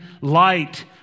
light